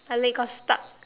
my leg got stuck